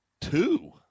two